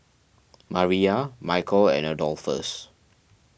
Mariyah Micheal and Adolphus